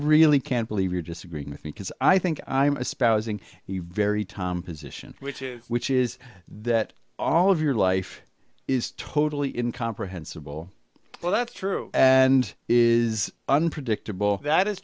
really can't believe you're disagreeing with me because i think i'm spouting you very tom position which is which is that all of your life is totally in comprehensible well that's true and is unpredictable that is